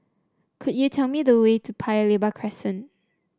could you tell me the way to Paya Lebar Crescent